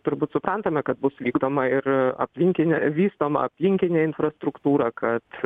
turbūt suprantame kad bus vykdoma ir aplinkinių vystoma aplinkinė infrastruktūra kad